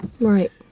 Right